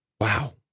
wow